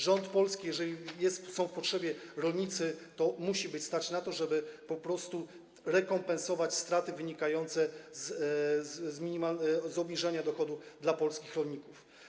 Rząd Polski, jeżeli są w potrzebie rolnicy, musi być stać na to, żeby po prostu rekompensować straty wynikające z obniżenia dochodu dla polskich rolników.